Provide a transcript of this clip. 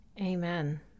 Amen